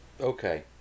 Okay